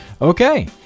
Okay